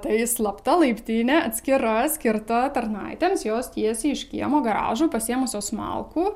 tai slapta laiptinė atskira skirta tarnaitėms jos tiesiai iš kiemo garažo pasiėmusios malkų